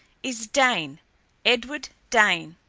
is dane edward dane.